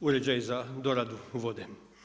uređaj za doradu vode.